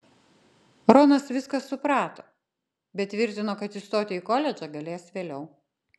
ronas viską suprato bet tvirtino kad įstoti į koledžą galės vėliau